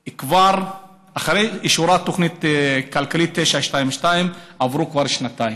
מאז אישור התוכנית הכלכלית 922 עברו כבר שנתיים.